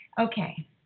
Okay